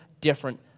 different